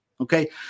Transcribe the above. Okay